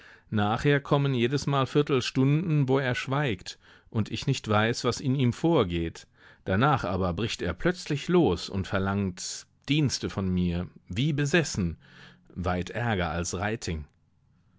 nachher kommen jedesmal viertelstunden wo er schweigt und ich nicht weiß was in ihm vorgeht danach aber bricht er plötzlich los und verlangt dienste von mir wie besessen weit ärger als